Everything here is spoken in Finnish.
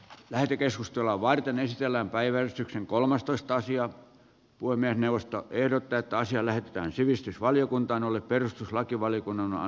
lähetekeskustelua varten ei siellä päiväystyksen kolmastoista sija voi puhemiesneuvosto ehdottaa että asia lähetetään sivistysvaliokuntaan jolle perustuslakivaliokunnan on annettava lausunto